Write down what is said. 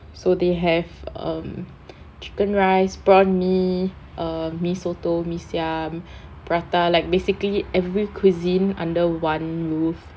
so they have um chicken rice prawn mee err mee soto mee siam prata like basically every cuisine under one roof